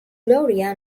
gloria